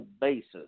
basis